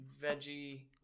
veggie